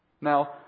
Now